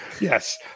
yes